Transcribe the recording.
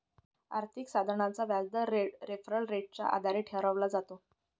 आर्थिक साधनाचा व्याजदर रेफरल रेटच्या आधारे ठरवला जातो